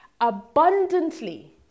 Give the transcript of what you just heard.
abundantly